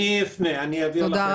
אני אפנה, אני אעביר לכם.